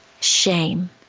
shame